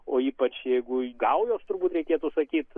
o ypač jeigu gaujos turbūt reikėtų sakyti